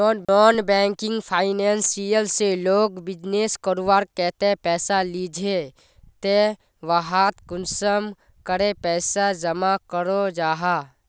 Non banking financial से लोग business करवार केते पैसा लिझे ते वहात कुंसम करे पैसा जमा करो जाहा?